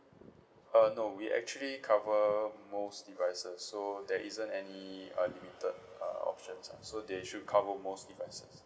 uh no we actually cover most devices so there isn't any uh limited uh options lah so they should cover most devices